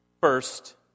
First